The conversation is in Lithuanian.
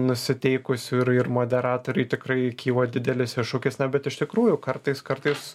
nusiteikusių ir ir moderatoriui tikrai kyla didelis iššūkis na bet iš tikrųjų kartais kartais